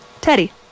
teddy